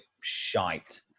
shite